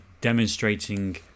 demonstrating